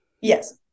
Yes